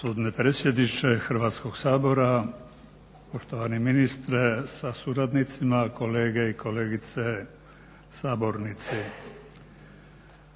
Gospodine predsjedniče Hrvatskog sabora, poštovani ministre sa suradnicima, kolege i kolegice sabornici.